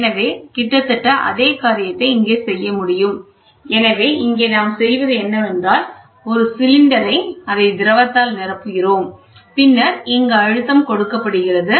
எனவே கிட்டத்தட்ட அதே காரியத்தை இங்கே செய்ய முடியும் எனவே இங்கே நாம் செய்வது என்னவென்றால் ஒரு சிலிண்டரை அதை திரவத்தால் நிரப்புகிறோம் பின்னர் இங்கு அழுத்தம் கொடுக்கப்படுகிறது